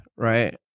Right